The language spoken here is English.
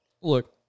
look